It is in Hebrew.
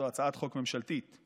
הצעת חוק ממשלתית.